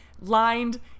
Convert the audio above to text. lined